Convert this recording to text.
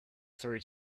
through